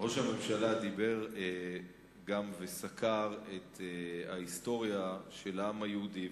ראש הממשלה גם סקר את ההיסטוריה של העם היהודי.